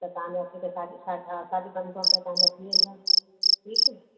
त तव्हांजां अॻिते सां साढी सा हा साढी पंज रुपिया तव्हांजा थी वेंदा ठीकु